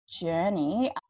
journey